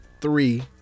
three